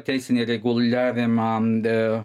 teisinį reguliavimą